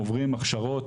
עוברים הכשרות,